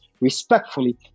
respectfully